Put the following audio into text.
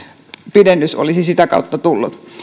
pidennys olisi sitä kautta tullut